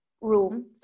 room